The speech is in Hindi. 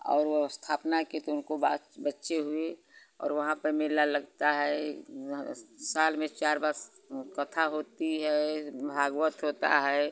और वो स्थापना किए तो उनको बच्चे हुए और वहाँ पे मेला लगता है साल में चार बार कथा होती है भागवत होता है